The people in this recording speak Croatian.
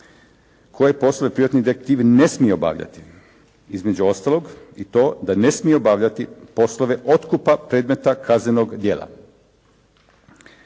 koje poslove privatni detektiv ne smije obavljati, između ostalog i to da ne smije obavljati poslove otkupa predmeta kaznenog djela.